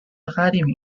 academy